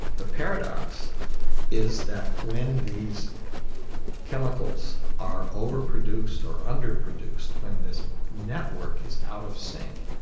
the paradox is that when these chemicals are overproduced or under-produced, when this network is out of sync,